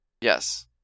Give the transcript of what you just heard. Yes